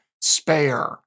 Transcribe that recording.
Spare